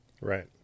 Right